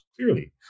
clearly